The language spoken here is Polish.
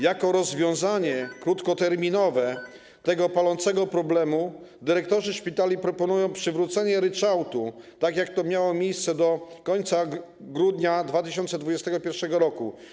Jako rozwiązanie krótkoterminowe tego palącego problemu dyrektorzy szpitali proponują przywrócenie ryczałtu, tak jak miało to miejsce do końca grudnia 2021 r.